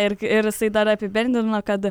ir ir jisai dar apibendrina kad